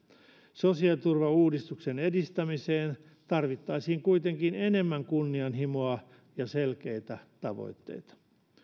sosiaaliturvauudistuksen edistämiseen tarvittaisiin kuitenkin enemmän kunnianhimoa ja selkeitä tavoitteita